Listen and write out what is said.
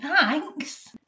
thanks